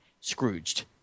Scrooged